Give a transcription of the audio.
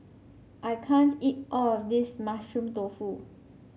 I can't eat all of this Mushroom Tofu